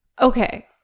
Okay